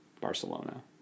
Barcelona